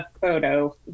photo